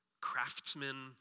craftsmen